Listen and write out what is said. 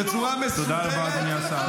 תודה רבה, אדוני השר.